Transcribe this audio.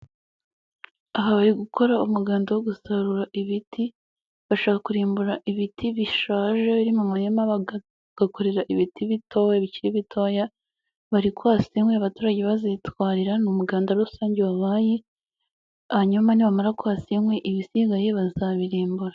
Aha bari gukora umuganda wo gusarura ibiti bashaka kurimbura ibiti bishaje biri mu murima bagakorera ibiti bikiri bitoya bari kwasa abaturage bazitwarira ni umuganda rusange wabaye; hanyuma nibamara inkwi, kuhasenkwiwe ibisigaye bazabirimbura.